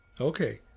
Okay